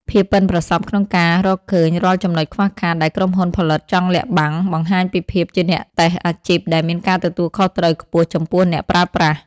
ភាពប៉ិនប្រសប់ក្នុងការរកឃើញរាល់ចំណុចខ្វះខាតដែលក្រុមហ៊ុនផលិតចង់លាក់បាំង បង្ហាញពីភាពជាអ្នកតេស្តអាជីពដែលមានការទទួលខុសត្រូវខ្ពស់ចំពោះអ្នកប្រើប្រាស់។